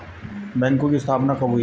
बैंकों की स्थापना कब हुई?